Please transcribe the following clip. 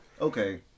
Okay